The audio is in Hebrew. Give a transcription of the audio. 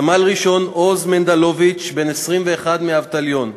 סמל-ראשון עוז מנדלוביץ, בן 21, מאבטליון,